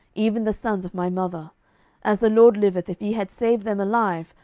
even the sons of my mother as the lord liveth, if ye had saved them alive,